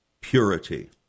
purity